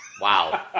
Wow